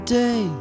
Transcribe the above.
day